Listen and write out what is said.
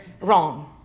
Wrong